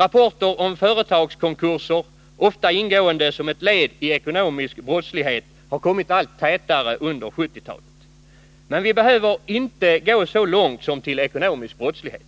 Rapporter om företagskonkurser, ofta ingående som ett led i ekonomisk brottslighet, har kommit allt tätare under 1970-talet. Men vi behöver inte gå så långt som till ekonomisk brottslighet.